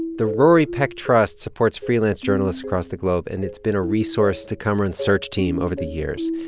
the rory peck trust supports freelance journalist across the globe, and it's been a resource to kamaran's search team over the years.